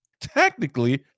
technically